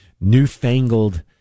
newfangled